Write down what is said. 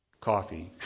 coffee